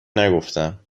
نگفتم